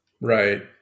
Right